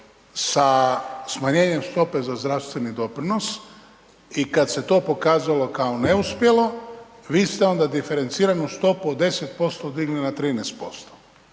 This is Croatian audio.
sa smanjenjem stope za zdravstveni doprinos i kad se to pokazalo kao neuspjelo, vi ste onda diferenciranu stopu od 10% dignuli na 13%.